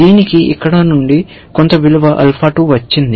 దీనికి ఇక్కడ నుండి కొంత విలువ ఆల్ఫా 2 వచ్చింది